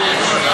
איזה בעיות?